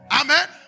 Amen